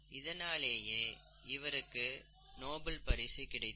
இதனாலேயே இவருக்கு நோபல் பரிசு கிடைத்தது